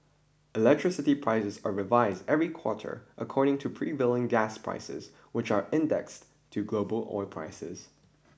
electricity prices are revised every quarter according to prevailing gas prices which are indexed to global oil prices